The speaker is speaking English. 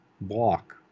block